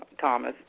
Thomas